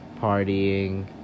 Partying